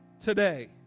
today